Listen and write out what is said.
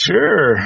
Sure